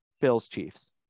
Bills-Chiefs